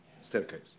staircase